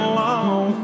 long